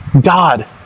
God